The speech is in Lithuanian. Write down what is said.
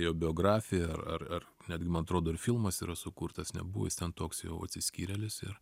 jo biografija ar ar ar netgi man atrodo filmas yra sukurtas nebuvo jis ten toks jau atsiskyrėlis ir